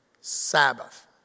Sabbath